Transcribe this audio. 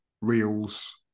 reels